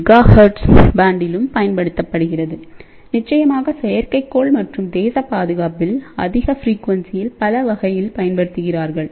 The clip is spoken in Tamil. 8 GHz பேண்டிலும் பயன்படுத்தப்படுகிறது நிச்சயமாகசெயற்கைக்கோள் மற்றும் தேச பாதுகாப்பில் அதிக ஃப்ரீக்யுண்சியில் பலவகையில் பயன்படுத்துகிறார்கள்